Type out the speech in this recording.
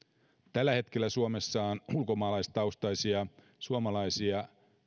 tällä hetkellä suomessa on ulkomaalaistaustaisia suomalaisia